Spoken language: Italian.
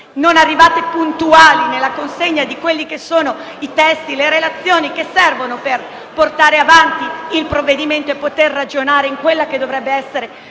senza arrivare puntuali nella consegna dei testi e delle relazioni che servono per portare avanti i provvedimenti e poter ragionare in quella che dovrebbe essere